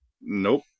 Nope